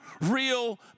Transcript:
real